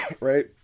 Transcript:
right